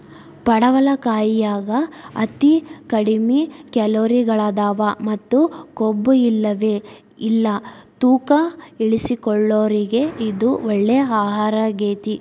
ಪಡವಲಕಾಯಾಗ ಅತಿ ಕಡಿಮಿ ಕ್ಯಾಲೋರಿಗಳದಾವ ಮತ್ತ ಕೊಬ್ಬುಇಲ್ಲವೇ ಇಲ್ಲ ತೂಕ ಇಳಿಸಿಕೊಳ್ಳೋರಿಗೆ ಇದು ಒಳ್ಳೆ ಆಹಾರಗೇತಿ